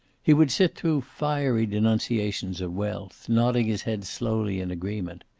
he would sit through fiery denunciations of wealth, nodding his head slowly in agreement.